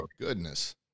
goodness